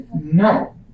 No